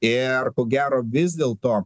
ir ko gero vis dėlto